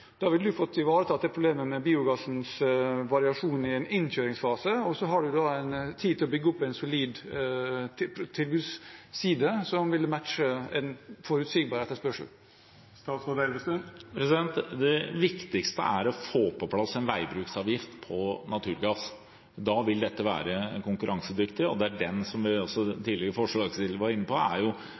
Da ville vi fått ivaretatt problemet med biogassens variasjoner i en innkjøringsfase og fått tid til å bygge opp en solid tilbudsside som ville matche en forutsigbar etterspørsel. Det viktigste er å få på plass en veibruksavgift for naturgass. Da vil dette være konkurransedyktig, som en tidligere spørsmålsstiller var inne på. Det viktigste er